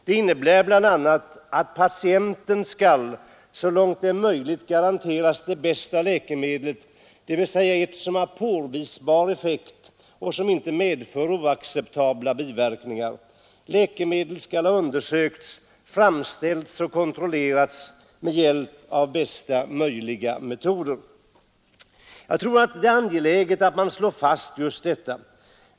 Det innebär bl.a. att patienten skall så långt det är möjligt garanteras det bästa läkemedlet, dvs. ett som har påvisbar effekt och som inte medför oacceptabla biverkningar. Läkemedlet skall ha undersökts, framställts och kontrollerats med hjälp av bästa möjliga metoder. Jag tror det är angeläget att man slår fast just detta.